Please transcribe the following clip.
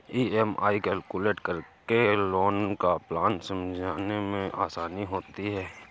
EMI calculate करके loan का plan समझने में आसानी होती है